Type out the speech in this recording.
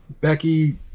Becky